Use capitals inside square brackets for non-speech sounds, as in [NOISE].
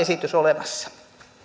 [UNINTELLIGIBLE] esitys olemassa